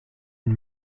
une